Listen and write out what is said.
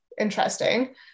interesting